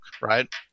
Right